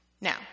Now